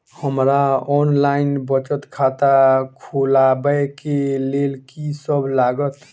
हमरा ऑनलाइन बचत खाता खोलाबै केँ लेल की सब लागत?